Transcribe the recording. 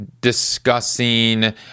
discussing